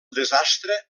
desastre